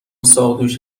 ساقدوش